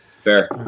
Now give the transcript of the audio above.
Fair